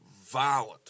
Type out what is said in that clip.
violent